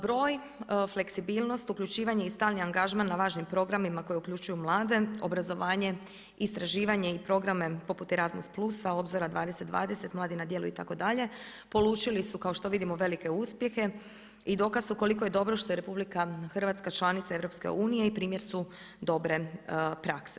Broj, fleksibilnost, uključivanje i stalni angažman na važnim programima koje uključuju mlade, obrazovanje, istraživanje i programe poput Erasmus+, Obzora.2020, Mlade na djelu itd., polučili su kao što vidimo velike uspjehe i dokaz su koliko je dobro što je RH, članica EU, i primjer su dobre prakse.